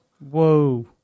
Whoa